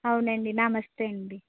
అవునండి నమస్తే అండి